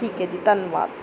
ਠੀਕ ਹੈ ਜੀ ਧੰਨਵਾਦ